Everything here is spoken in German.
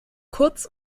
kurz